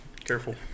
careful